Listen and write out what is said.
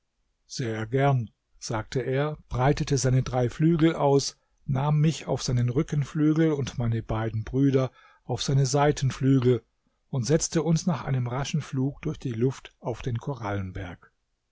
sehr gern sagte er breitete seine drei flügel aus nahm mich auf seinen rückenflügel und meine beiden brüder auf seine seitenflügel und setzte uns nach einem raschen flug durch die luft auf den